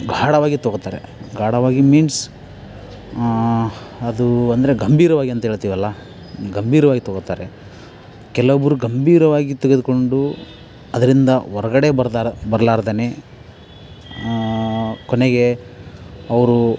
ಗಾಢವಾಗಿ ತಗೋತಾರೆ ಗಾಢವಾಗಿ ಮೀನ್ಸ್ ಅದು ಅಂದರೆ ಗಂಭೀರವಾಗಿ ಅಂತೇಳ್ತೀವಲ್ಲ ಗಂಭೀರವಾಗಿ ತಗೋತಾರೆ ಕೆಲವೊಬ್ಬರು ಗಂಭೀರವಾಗಿ ತೆಗೆದುಕೊಂಡು ಅದರಿಂದ ಹೊರ್ಗಡೆ ಬರ್ದಾರ ಬರಲಾರ್ದನೆ ಕೊನೆಗೆ ಅವರು